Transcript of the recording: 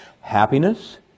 happiness